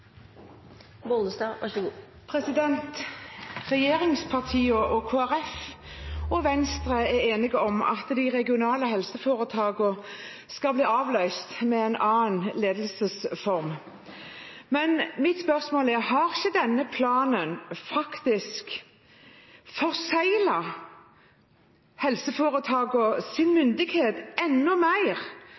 enige om at de regionale helseforetakene skal bli avløst av en annen ledelsesform. Mitt spørsmål er: Har ikke denne planen faktisk forseglet helseforetakenes myndighet enda mer